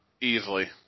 Easily